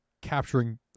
capturing